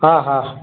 हा हा